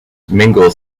mingle